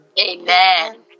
Amen